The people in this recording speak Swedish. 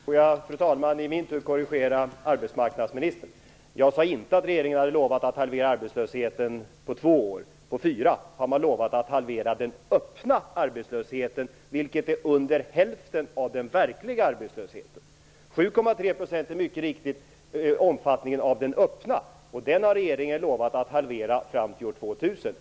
Fru talman! Får jag i min tur korrigera arbetsmarknadsministern? Jag sade inte att regeringen hade lovat att halvera arbetslösheten på två år. På fyra år har man lovat att halvera den öppna arbetslösheten, vilket är under hälften av den verkliga arbetslösheten. 7,3 % är mycket riktigt omfattningen av den öppna arbetslösheten. Den har regeringen lovat att halvera till år 2000.